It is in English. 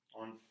on